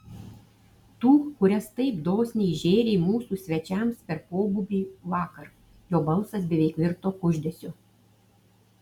tų kurias taip dosniai žėrei mūsų svečiams per pobūvį vakar jo balsas beveik virto kuždesiu